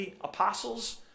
apostles